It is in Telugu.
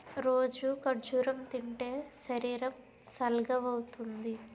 రోజూ ఖర్జూరం తింటే శరీరం సల్గవుతుంది